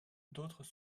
d’autres